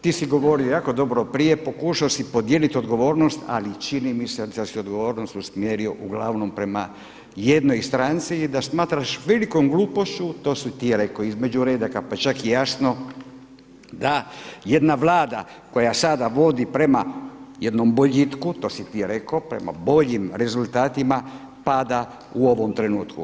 Ti si govorio jako dobro prije, pokušao si podijeliti odgovornost, ali čini mi se da si odgovornost usmjerio uglavnom prema jednoj stranci i da smatraš velikom glupošću, to si ti rekao između redaka, pa čak i jasno da jedna Vlada koja sada vodi prema jednom boljitku, prema boljim rezultatima pada u ovom trenutku.